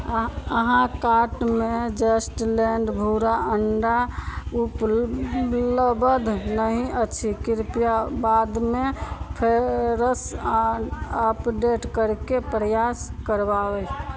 अहाँ अहाँ कार्टमे जस्ट लैण्ड भूरा अण्डा उपलब्ध नहि अछि कृपया बादमे फेरसे अपडेट करैके प्रयास करबेबै